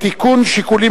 התש"ע 2010,